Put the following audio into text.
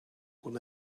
will